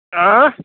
एँह